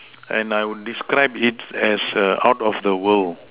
and I would describe it as out of the world